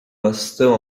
bastão